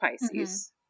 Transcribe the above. Pisces